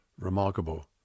remarkable